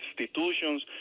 institutions